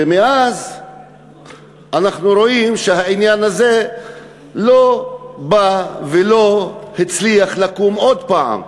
ומאז אנחנו רואים שהעניין הזה לא בא ולא הצליח לקום עוד הפעם.